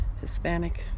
Hispanic